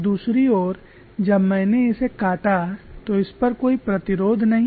दूसरी ओर जब मैंने इसे काटा तो इस पर कोई प्रतिरोध नहीं है